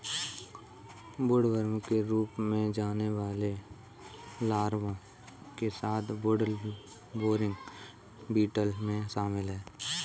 woodworm के रूप में जाने वाले लार्वा के साथ वुडबोरिंग बीटल में शामिल हैं